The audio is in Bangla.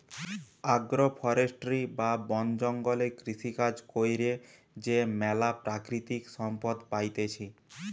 আগ্রো ফরেষ্ট্রী বা বন জঙ্গলে কৃষিকাজ কইরে যে ম্যালা প্রাকৃতিক সম্পদ পাইতেছি